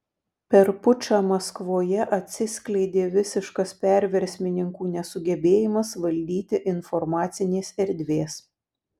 per pučą maskvoje atsiskleidė visiškas perversmininkų nesugebėjimas valdyti informacinės erdvės